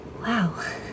Wow